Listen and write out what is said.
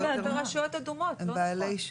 זה רק ברשויות אדומות, לא נכון.